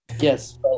Yes